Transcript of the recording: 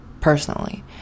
personally